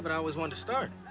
but i always wanted to start.